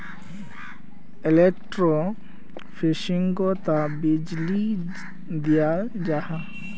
एलेक्ट्रोफिशिंगोत बीजली दियाल जाहा